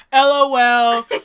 LOL